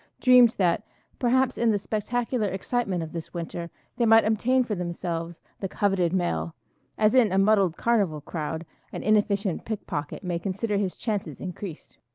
dreamed that perhaps in the spectacular excitement of this winter they might obtain for themselves the coveted male as in a muddled carnival crowd an inefficient pickpocket may consider his chances increased.